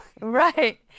Right